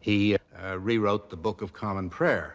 he rewrote the book of common prayer